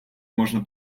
можна